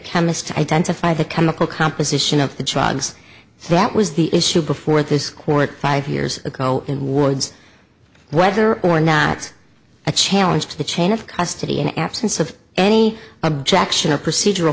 chemist to identify the chemical composition of the drugs that was the issue before this court five years ago in wards whether or not a challenge to the chain of custody in absence of any objection of procedural